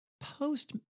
Post